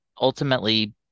ultimately